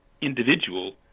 individual